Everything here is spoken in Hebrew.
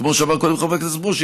כמו שאמר קודם חבר הכנסת ברושי,